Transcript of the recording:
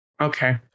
Okay